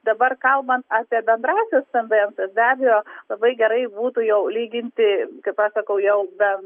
dabar kalbant apie bendrąsias tendencijas be abejo labai gerai būtų jau lyginti kaip aš sakau jau be